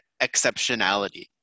exceptionality